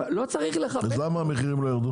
לא צריך לחפש --- אז למה המחירים לא ירדו?